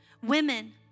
Women